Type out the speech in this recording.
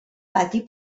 pati